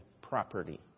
property